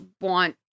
want